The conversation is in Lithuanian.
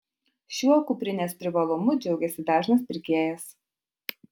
šiuo kuprinės privalumu džiaugiasi dažnas pirkėjas